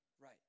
Right